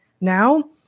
now